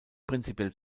prinzipiell